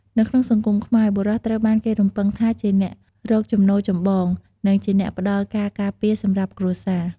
នៅក្នុងសង្គមខ្មែរ បុរស ត្រូវបានគេរំពឹងថាជាអ្នករកចំណូលចម្បង និងជាអ្នកផ្ដល់ការការពារសម្រាប់គ្រួសារ។